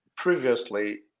Previously